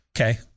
Okay